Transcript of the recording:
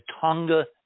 Tonga